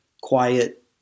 quiet